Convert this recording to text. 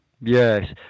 Yes